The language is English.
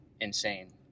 insane